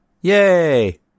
yay